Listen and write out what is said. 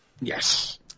Yes